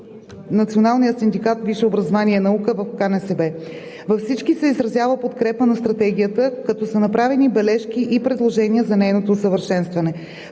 Националния браншов синдикат „Висше образование и наука” – КНСБ. Във всички се изразява подкрепа на Стратегията, като са направени бележки и предложения за нейното усъвършенстване.